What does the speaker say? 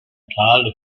told